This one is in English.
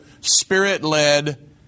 spirit-led